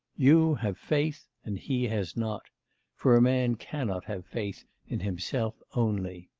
you have faith, and he has not for a man cannot have faith in himself only.